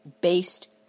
based